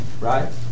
right